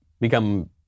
become